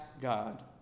God